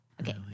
Okay